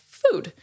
food